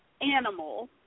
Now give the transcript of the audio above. animal